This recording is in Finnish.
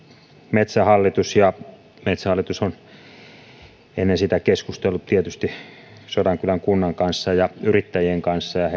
metsähallitus ja metsähallitus on ennen sitä keskustellut tietysti sodankylän kunnan kanssa ja yrittäjien kanssa